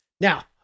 Now